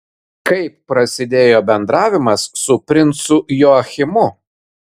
kaip prasidėjo bendravimas su princu joachimu